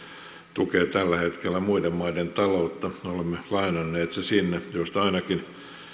tukee tällä hetkellä muiden maiden taloutta olemme lainanneet sinne sen josta ainakin